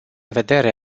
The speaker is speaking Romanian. vedere